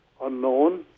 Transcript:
unknown